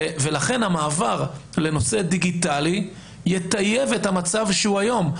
ולכן המעבר לנושא הדיגיטלי, יטייב את המצב היום.